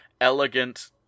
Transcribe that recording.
elegant